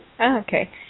Okay